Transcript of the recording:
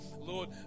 Lord